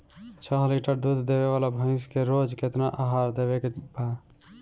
छह लीटर दूध देवे वाली भैंस के रोज केतना आहार देवे के बा?